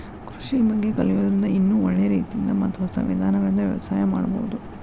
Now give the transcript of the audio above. ಕೃಷಿ ಬಗ್ಗೆ ಕಲಿಯೋದ್ರಿಂದ ಇನ್ನೂ ಒಳ್ಳೆ ರೇತಿಯಿಂದ ಮತ್ತ ಹೊಸ ವಿಧಾನಗಳಿಂದ ವ್ಯವಸಾಯ ಮಾಡ್ಬಹುದು